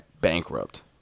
Bankrupt